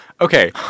okay